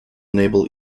enable